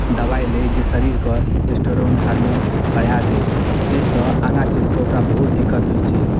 दबाइ लै जे शरीरके टेस्टोरोन हार्मोन बढ़ा दै जाहिसऽ आगाँ चलि कऽ ओकरा बहुत दिक्कत होइ छै